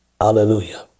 Hallelujah